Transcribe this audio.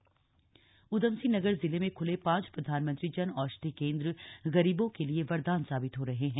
जन औषधि केंद्र उधमसिंह नगर जिले में खुले पांच प्रधानमंत्री जन औषधि केंद्र गरीबों के लिए वरदान साबित हो रहे हैं